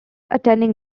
attending